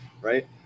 right